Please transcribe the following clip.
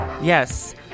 yes